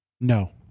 No